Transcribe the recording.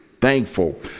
thankful